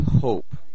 hope